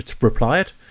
replied